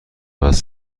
است